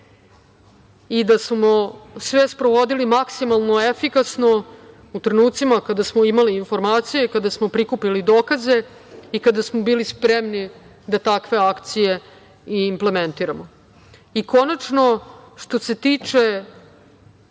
i da smo sve sprovodili maksimalno efikasno u trenucima kada smo imali informacije i kada smo prikupili dokaze i kada smo bili spremni da takve akcije implementiramo. Konačno, što se tiče